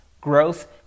growth